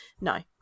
no